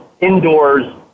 indoors